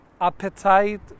appetite